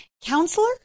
counselor